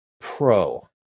Pro